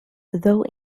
though